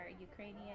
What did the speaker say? Ukrainian